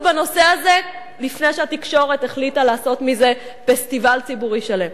בנושא הזה לפני שהתקשורת החליטה לעשות מזה פסטיבל ציבורי שלם.